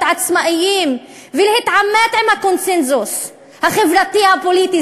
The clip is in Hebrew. עצמאיים ולהתעמת על הקונסנזוס החברתי הפוליטי.